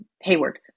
Hayward